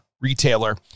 retailer